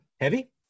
Heavy